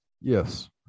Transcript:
yes